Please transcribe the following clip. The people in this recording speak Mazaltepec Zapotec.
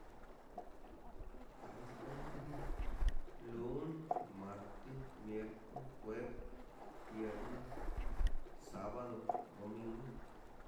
"Ay si casi es lo mismo" lun marti mierco juev vierna sábado domingo